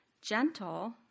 gentle